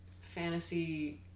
fantasy